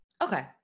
Okay